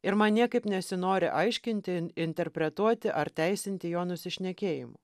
ir man niekaip nesinori aiškinti interpretuoti ar teisinti jo nusišnekėjimų